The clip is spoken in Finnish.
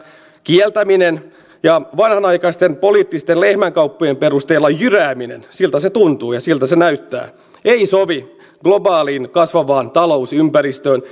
kieltäminen ja vanhanaikaisten poliittisten lehmänkauppojen perusteella jyrääminen siltä se tuntuu ja siltä se näyttää ei sovi globaaliin kasvavaan talousympäristöön